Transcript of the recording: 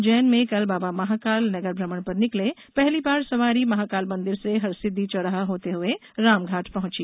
उज्जैन में कल बाबा महाकाल नगर भ्रमण पर निकलें पहली बार सवारी महाकाल मंदिर से हरसिद्धि चौराहा होते हुए रामघाट पहुंची